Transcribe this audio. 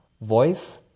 voice